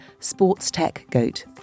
sportstechgoat